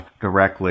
directly